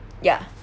ya